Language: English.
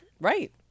Right